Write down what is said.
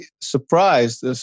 surprised